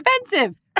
expensive